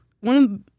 one